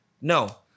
No